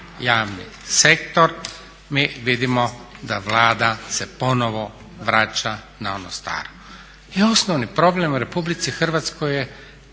javni sektor, mi vidimo da Vlada se ponovo vraća na ono staro. I osnovni problem u Republici Hrvatskoj je